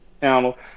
channel